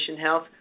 health